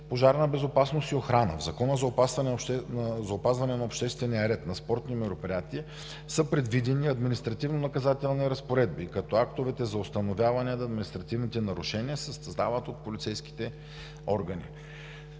пожарна безопасност и охрана. В Закона за опазване на обществения ред на спортни мероприятия са предвидени административнонаказателни разпоредби, като актовете за установяване на административните нарушения се съставят от полицейските органи.